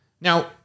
Now